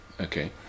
Okay